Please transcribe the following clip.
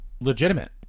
legitimate